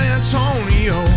Antonio